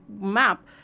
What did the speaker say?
map